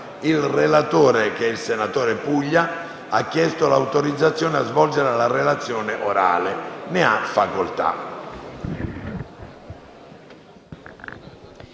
Il relatore, senatore Puglia, ha chiesto l'autorizzazione a svolgere la relazione orale. Non facendosi